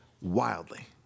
wildly